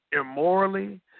immorally